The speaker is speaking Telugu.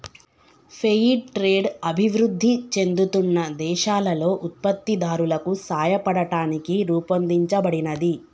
ఫెయిర్ ట్రేడ్ అభివృద్ధి చెందుతున్న దేశాలలో ఉత్పత్తిదారులకు సాయపడటానికి రూపొందించబడినది